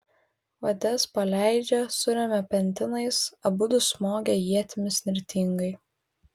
vades paleidžia suremia pentinais abudu smogia ietimis nirtingai